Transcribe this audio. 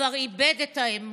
כבר איבד את האמון.